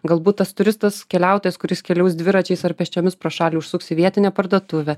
galbūt tas turistas keliautojas kuris keliaus dviračiais ar pėsčiomis pro šalį užsuks į vietinę parduotuvę